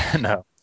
No